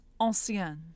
Anciennes